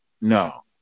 No